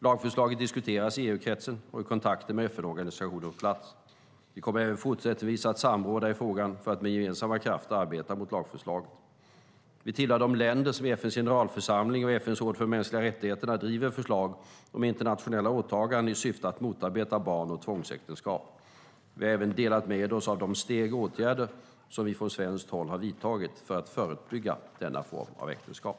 Lagförslaget diskuteras i EU-kretsen och i kontakter med FN-organisationer på plats. Vi kommer även fortsättningsvis att samråda i frågan för att med gemensamma krafter arbeta mot lagförslaget. Vi tillhör de länder som i FN:s generalförsamling och i FN:s råd för de mänskliga rättigheterna driver förslag om internationella åtaganden i syfte att motarbeta barn och tvångsäktenskap. Vi har även delat med oss av de steg och åtgärder som vi från svenskt håll har vidtagit för att förebygga denna form av äktenskap.